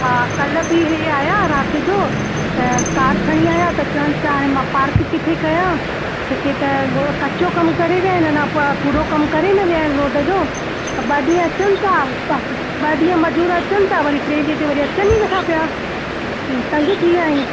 हा कल्ह बि इहे आया राति जो त कार खणी आया त चवनि पिया हाणे मां पार्क किथे कयां हिते त उहे कचो कमु करे विया आहिनि अञा प पूरो कमु करे न विया आहिनि रोड जो ॿ ॾींहं अचनि था उतां ॿ ॾींहं मज़ूर अचनि था वरी टे ॾींहं ते वरी अचनि ई नथा पिया त इयो थी वियो आहे